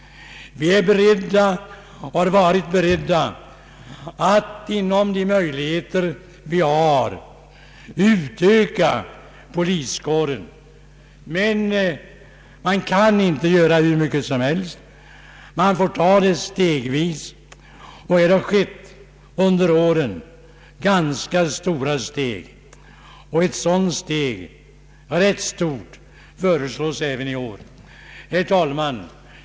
Vi är beredda och har varit beredda att inom ramen för de möjligheter vi har utöka poliskåren, men man kan inte begära hur mycket som helst. Man får ta det stegvis, och här har under åren tagits ganska stora steg. Ett rätt stort steg föreslås även i år. Herr talman!